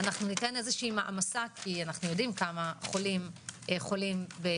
ניתן מעמסה כי אנו יודעים כמה חולים במחלה